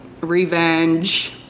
revenge